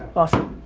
awesome.